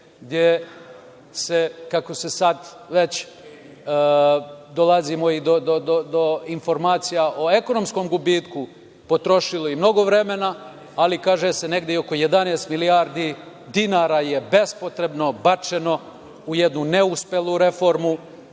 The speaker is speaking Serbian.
gde se, kako sad već dolazimo i do informacija o ekonomskom gubitku, potrošili mnogo vremena, ali kaže se negde i oko 11 milijardi dinara je bespotrebno bačeno u jednu neuspelu reformu